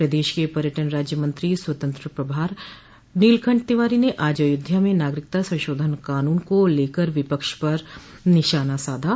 प्रदेश के पर्यटन राज्य मंत्री स्वतंत्र प्रभार नीलकंठ तिवारी ने आज अयोध्या में नागरिकता संशोधन कानून को लेकर विपक्ष पर निशाना साधा